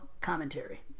commentary